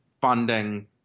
funding